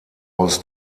aus